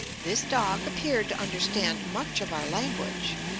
this dog appeared to understand much of our language.